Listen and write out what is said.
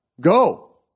go